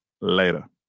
Later